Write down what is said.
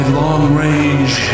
long-range